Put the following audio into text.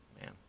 Man